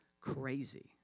crazy